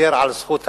ויתר על זכות הדיבור.